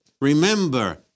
remember